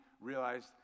realized